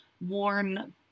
worn